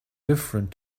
different